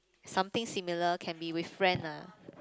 something similar can be with friend ah